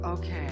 Okay